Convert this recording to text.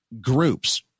groups